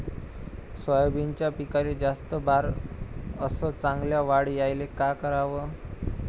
सोयाबीनच्या पिकाले जास्त बार अस चांगल्या वाढ यायले का कराव?